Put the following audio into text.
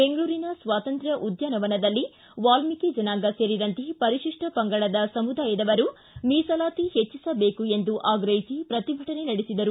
ಬೆಂಗಳೂರಿನ ಸ್ವಾತಂತ್ರ್ಯ ಉದ್ಯಾನವನದಲ್ಲಿ ವಾಲ್ಮೀಕಿ ಜನಾಂಗ ಸೇರಿದಂತೆ ಪರಿಶಿಷ್ಟ ಪಂಗಡದ ಸಮುದಾಯದವರು ಮೀಸಲಾತಿ ಹೆಚ್ಚಿಸಬೇಕು ಎಂದು ಆಗ್ರಹಿಸಿ ಪ್ರತಿಭಟನೆ ನಡೆಸಿದರು